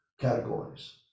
categories